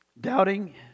Doubting